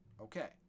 Okay